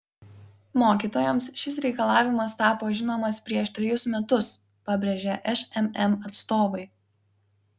mokytojams šis reikalavimas tapo žinomas prieš trejus metus pabrėžė šmm atstovai